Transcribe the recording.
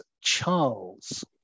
Charles